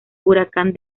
huracán